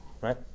right